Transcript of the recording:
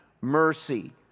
mercy